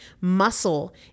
Muscle